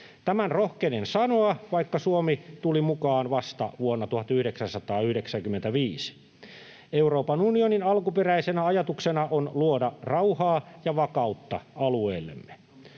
Tämän rohkenen sanoa, vaikka Suomi tuli mukaan vasta vuonna 1995. Euroopan unionin alkuperäisenä ajatuksena on luoda rauhaa ja vakautta alueellemme.